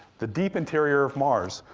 the deep interior of mars,